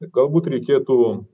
galbūt reikėtų